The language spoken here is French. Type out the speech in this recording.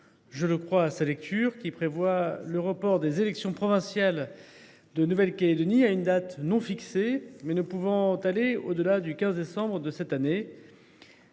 est simple, puisqu’il prévoit le report des élections provinciales de Nouvelle Calédonie à une date non fixée, mais ne pouvant aller au delà du 15 décembre de cette année.